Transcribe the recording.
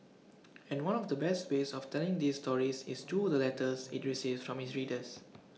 and one of the best ways of telling these stories is through the letters IT receives from its readers